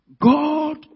God